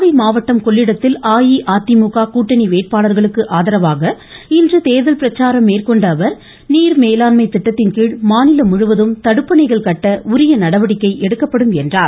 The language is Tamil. நாகை மாவட்டம் கொள்ளிடத்தில் அஇஅதிமுக கூட்டணி வேட்பாளர்களுக்கு ஆதரவாக இன்று தேர்தல் பிரச்சாரம் மேற்கொண்ட அவர் நீர் மேலாண்மை திட்டத்தின்கீழ் மாநிலம் முழுவதும் தடுப்பணைகள் கட்ட உரிய நடவடிக்கை எடுக்கப்படும் என்றார்